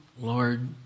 Lord